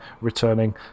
returning